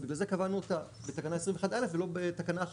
ובגלל זה קבענו אותה בתקנה 21א ולא בתקנה